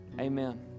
amen